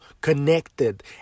connected